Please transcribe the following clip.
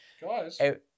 Guys